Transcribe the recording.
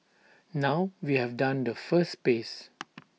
now we have done the first phase